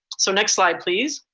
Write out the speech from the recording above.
so next slide please.